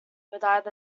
either